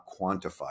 quantified